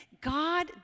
God